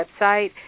website